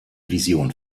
vision